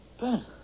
Ben